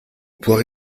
poiré